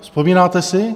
Vzpomínáte si?